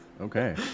Okay